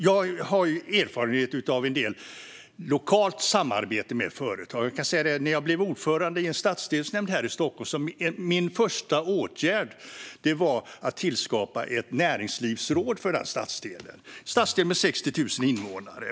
Jag har erfarenhet av lokalt samarbete med företag. Min första åtgärd när jag blev ordförande i en stadsdelsnämnd här i Stockholm var att tillskapa ett näringslivsråd för stadsdelen som hade 60 000 invånare.